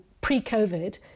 pre-COVID